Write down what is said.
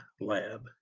lab